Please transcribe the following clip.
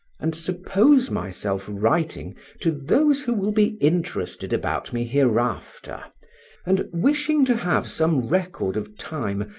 and suppose myself writing to those who will be interested about me hereafter and wishing to have some record of time,